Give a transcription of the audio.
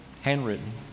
Handwritten